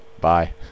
Bye